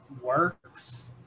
works